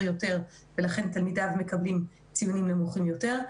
יותר ולכן תלמידיו מקבלים ציונים נמוכים יותר,